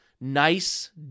nice